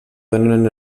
donen